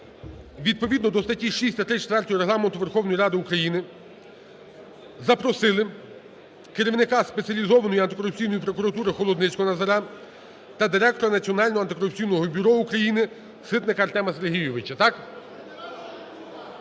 відповідно до статті 6 та 34 Регламенту Верховної Ради України запросили керівника Спеціалізованої антикорупційної прокуратури Холодницького Назара та директора Національного антикорупційного бюро України Ситника Артема Сергійовича.